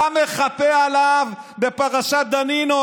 אתה מחפה עליו בפרשת דנינו,